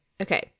Okay